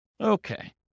Okay